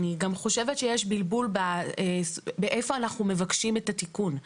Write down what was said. אני גם חושבת שיש בלבול היכן אנחנו מבקשים את התיקון.